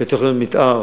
לתוכניות מתאר